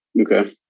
Okay